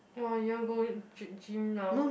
!wah! you want go g~ gym now